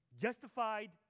Justified